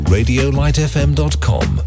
RadioLightFM.com